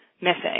missing